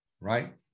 right